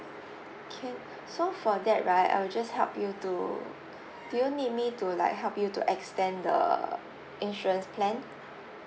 can so for that right I'll just help you to do you need me to like help you to extend the insurance plan